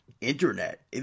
internet